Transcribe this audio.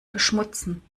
verschmutzen